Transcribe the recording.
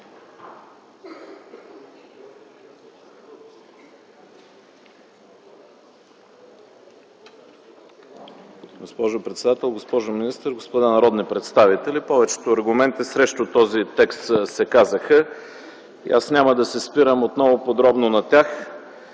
Госпожо председател, госпожо министър, господа народни представители! Повечето аргументи срещу този текст се казаха и аз няма да се спирам отново подробно на тях.